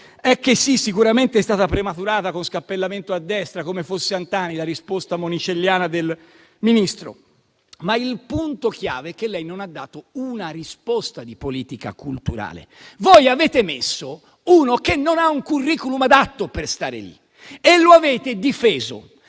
è che sì, sicuramente, è stata "prematurata con scappellamento a destra come fosse antani" la risposta monicelliana del Ministro, ma il punto chiave è che lei non ha dato una risposta di politica culturale. Voi avete messo uno che non ha un *curriculum* adatto per stare lì e lo avete difeso